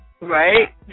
right